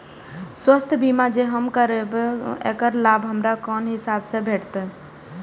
स्वास्थ्य बीमा जे हम करेब ऐकर लाभ हमरा कोन हिसाब से भेटतै?